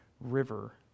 river